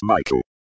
Michael